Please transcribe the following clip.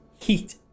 heat